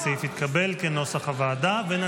הסעיף, כנוסח הוועדה, התקבל.